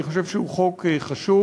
אני חושב שהוא חוק חשוב,